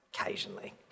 occasionally